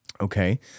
Okay